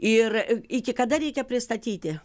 ir iki kada reikia pristatyti